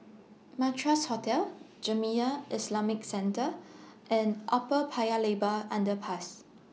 Madras Hotel Jamiyah Islamic Centre and Upper Paya Lebar Underpass